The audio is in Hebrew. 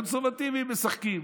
הקונסרבטיבים משחקים.